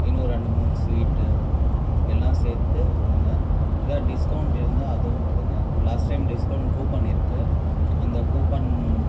இன்னும் ரெண்டு மூணு ஸ்வீட்டு எல்லாம் சேர்த்து கொடுங்க எதாவது டிஸ்கவுண்ட் இருந்தால் அதுவும் கொடுங்க லாஸ்ட் டைம் டிஸ்கவுண்ட் கூப்பன் இருக்குது அந்த கூப்பன்